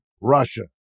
Russia